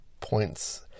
points